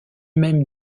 même